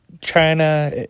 China